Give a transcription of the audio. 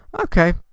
Okay